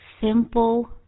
Simple